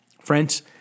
friends